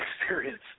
experience